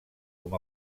com